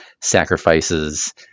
sacrifices